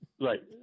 Right